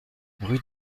rue